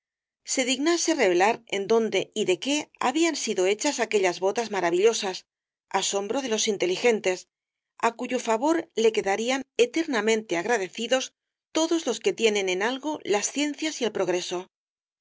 se dignase revelar en dónde y de qué habían sido hechas aquellas botas maravillosas asombro de los inteligentes á cuyo favor le quedarían eternamente agradecidos todos los que tienen en algo las ciencias y el progreso